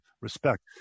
respect